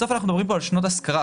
בסוף אנחנו מדברים כאן על שנות השכרה.